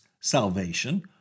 salvation